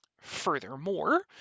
Furthermore